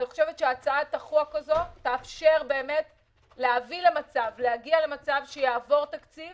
אני חושבת שהצעת החוק הזו תאפשר באמת להגיע למצב שיעבור תקציב